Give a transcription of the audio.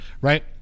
Right